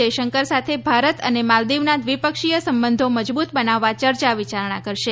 જયશંકર સાથે ભારત અને માલદીવના દ્વિપક્ષીય સંબંધો મજબૂત બનાવવા ચર્ચા વિચારણા કરશે